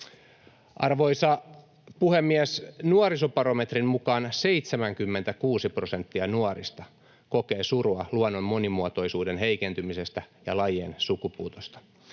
Arvoisa puhemies! Nuorisobarometrin mukaan 76 prosenttia nuorista kokee surua luonnon monimuotoisuuden heikentymisestä ja lajien sukupuutosta.